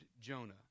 Jonah